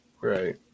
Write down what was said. Right